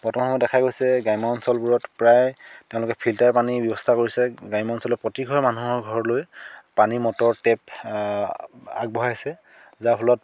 বৰ্তমান সময়ত দেখা গৈছে গ্ৰাম্য অঞ্চলবোৰত প্ৰায় তেওঁলোকে ফিল্টাৰ পানীৰ ব্যৱস্থা কৰিছে গ্ৰাম্য অঞ্চলত প্ৰতি ঘৰ মানুহৰ ঘৰলৈ পানী মটৰৰ টেপ আগবঢ়াইছে যাৰ ফলত